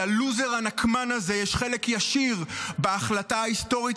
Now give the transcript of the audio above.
ללוזר הנקמן הזה יש חלק ישיר בהחלטה ההיסטורית